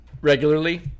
regularly